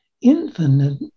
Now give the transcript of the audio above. infinite